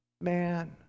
man